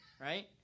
right